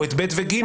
או את (ב) ו-(ד)